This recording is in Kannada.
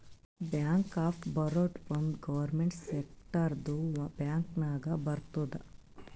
ಬ್ಯಾಂಕ್ ಆಫ್ ಬರೋಡಾ ಒಂದ್ ಗೌರ್ಮೆಂಟ್ ಸೆಕ್ಟರ್ದು ಬ್ಯಾಂಕ್ ನಾಗ್ ಬರ್ತುದ್